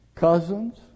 Cousins